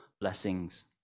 blessings